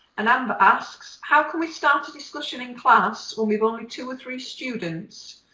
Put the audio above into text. and amber asks, how can we start a discussion in class when we've only two or three students?